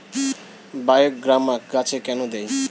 বায়োগ্রামা গাছে কেন দেয়?